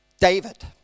David